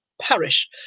parish